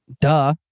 duh